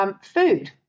Food